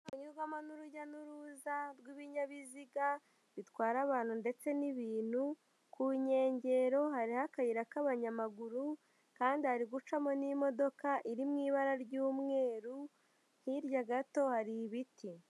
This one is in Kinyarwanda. Binyurwamo n'urujya n'uruza rw'ibinyabiziga bitwara abantu ndetse n'ibintu, ku nkengero hariyo akayira k'abanyamaguru kandi hari gucamo n'imodoka iri mu ibara ry'umweru, hirya gato hari ibiti.